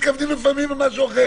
אפשר לעשות ממוצע שבועי.